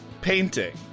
painting